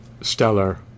stellar